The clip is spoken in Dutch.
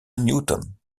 newton